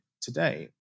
today